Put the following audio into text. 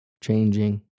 changing